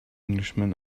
englishman